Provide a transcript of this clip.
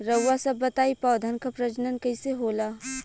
रउआ सभ बताई पौधन क प्रजनन कईसे होला?